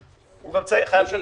היא גם התנהגות חסרת